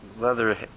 leather